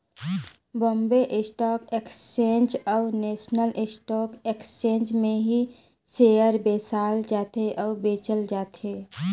Bombay stock exchange अउ national stock exchange में ही सेयर बेसाल जाथे अउ बेंचल जाथे